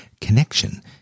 connection